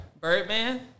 Birdman